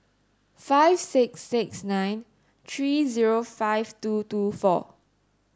five six six nine three zero five two two four